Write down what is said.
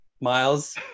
Miles